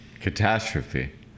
Catastrophe